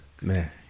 man